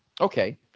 Okay